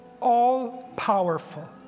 all-powerful